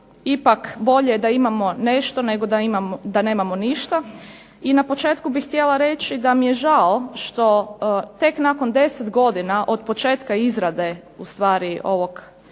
ipak bolje je da imamo nešto nego da nemamo ništa. I na početku bih htjela reći da mi je žao što tek nakon 10 godina od početka izrade ustvari ovog